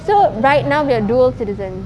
so right now we are dual citizen